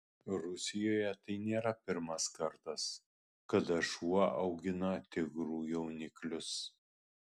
rusijoje tai nėra pirmas kartas kada šuo augina tigrų jauniklius